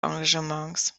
engagements